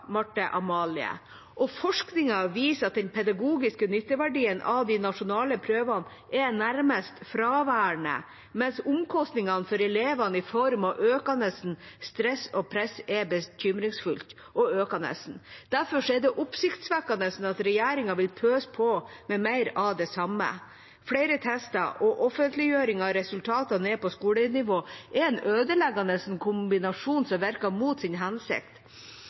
og forskningen viser at den pedagogiske nytteverdien av de nasjonale prøvene er nærmest fraværende, mens omkostningene for elevene i form av økende stress og press er bekymringsfull og økende. Derfor er det oppsiktsvekkende at regjeringa vil pøse på med mer av det samme. Flere tester og offentliggjøring av resultatene ned på skolenivå er en ødeleggende kombinasjon som virker mot sin hensikt.